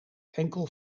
enkel